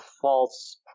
false